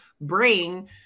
bring